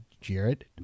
Jared